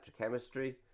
electrochemistry